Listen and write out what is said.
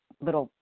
little